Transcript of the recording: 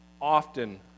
often